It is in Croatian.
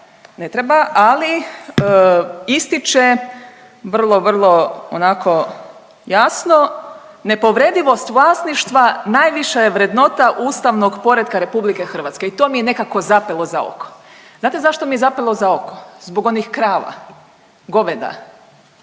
ne treba, ali ističe vrlo, vrlo onako jasno, nepovredivost vlasništva najviša je vrednota ustavnog poretka RH i to mi je nekako zapelo za oko. Znate zašto mi je zapelo za oko? Zbog onih krava, goveda,